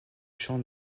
champ